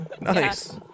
Nice